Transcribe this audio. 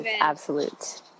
absolute